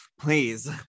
please